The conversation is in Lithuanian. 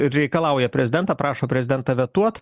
reikalauja prezidentą prašo prezidentą vetuot